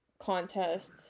contest